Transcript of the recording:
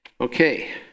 Okay